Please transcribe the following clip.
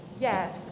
yes